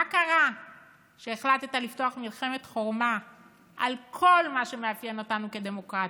מה קרה שהחלטת לפתוח במלחמת חורמה על כל מה שמאפיין אותנו כדמוקרטיה?